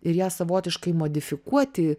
ir ją savotiškai modifikuoti